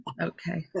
Okay